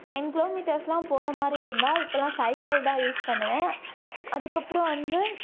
ten kilo மீட்டர்ஸ்லாம் போகிற மாதிரி இருந்தால் இப்போல்லாம் சைக்கிள் தான் யூஸ் பண்ணுவேன் அதுக்கு அப்புறம் வந்து